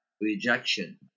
rejection